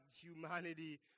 humanity